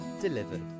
delivered